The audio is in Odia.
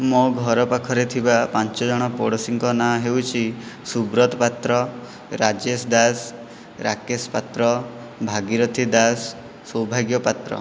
ମୋ ଘର ପାଖରେ ଥିବା ପାଞ୍ଚ ଜଣ ପଡ଼ୋଶୀଙ୍କ ନାଁ ହେଉଛି ସୁବ୍ରତ ପାତ୍ର ରାଜେଶ ଦାସ ରାକେଶ ପାତ୍ର ଭାଗିରଥି ଦାସ ସୌଭାଗ୍ୟ ପାତ୍ର